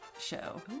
show